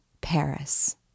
Paris